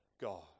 God